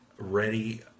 ready